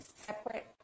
separate